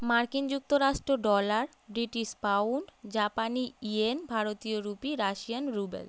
মার্কিন যুক্তরাষ্ট্র dollar British pound জাপানি ইয়েন ভারতীয় রুপি রাশিয়ান রুবেল